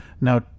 now